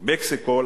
מקסיקו.